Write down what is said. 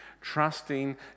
trusting